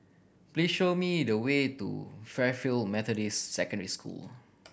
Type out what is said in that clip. please show me the way to Fairfield Methodist Secondary School